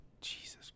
Jesus